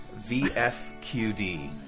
VFQD